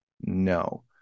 No